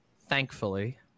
thankfully